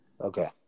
Okay